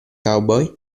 cowboy